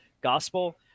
gospel